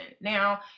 now